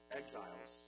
exiles